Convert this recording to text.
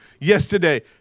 Yesterday